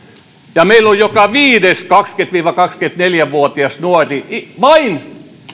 ja meillä on joka viides kaksikymmentä viiva kaksikymmentäneljä vuotias nuori vain